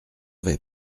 vais